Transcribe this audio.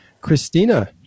Christina